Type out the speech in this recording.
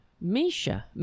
Misha